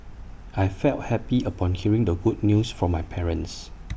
I felt happy upon hearing the good news from my parents